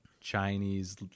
chinese